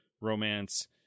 romance